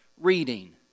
reading